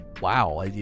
wow